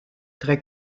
très